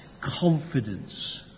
confidence